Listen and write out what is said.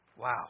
Wow